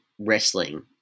wrestling